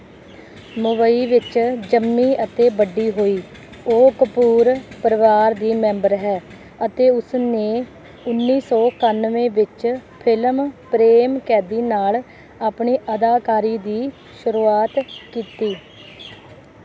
ਮੁੰਬਈ ਵਿੱਚ ਜੰਮੀ ਅਤੇ ਵੱਡੀ ਹੋਈ ਉਹ ਕਪੂਰ ਪਰਿਵਾਰ ਦੀ ਮੈਂਬਰ ਹੈ ਅਤੇ ਉਸ ਨੇ ਉੱਨੀ ਸੋ ਇਕਾਨਵੇਂ ਵਿੱਚ ਫਿਲਮ ਪ੍ਰੇਮ ਕੈਦੀ ਨਾਲ ਆਪਣੀ ਅਦਾਕਾਰੀ ਦੀ ਸ਼ੁਰੂਆਤ ਕੀਤੀ